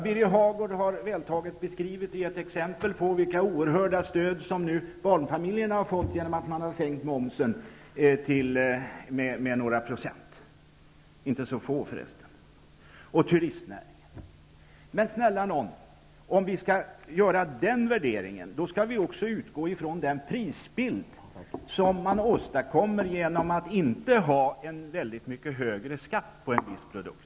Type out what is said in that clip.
Birger Hagård har vältaligt beskrivit och givit exempel på vilka oerhörda stöd som barnfamiljerna nu har fått genom att man sänkt momsen med några procent, inte så få förresten. Det gäller även turistnäringen. Men snälla nån, om vi skall göra en sådan värdering, skall vi också utgå från den prisbild som man åstadkommer genom att inte ha en mycket högre skatt på en viss produkt.